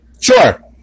Sure